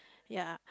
ya